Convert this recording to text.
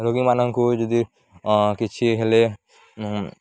ରୋଗୀମାନଙ୍କୁ ଯଦି କିଛି ହେଲେ